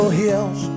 hills